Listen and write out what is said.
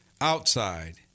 outside